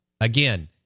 again